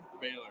Baylor